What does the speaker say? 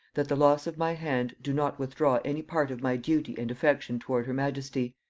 that the loss of my hand do not withdraw any part of my duty and affection toward her majesty,